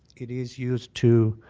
it is used to